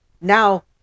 now